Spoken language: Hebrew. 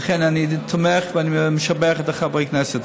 ולכן אני תומך ואני משבח את חברי הכנסת,